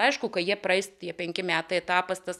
aišku kai jie praeis tie penki metai etapas tas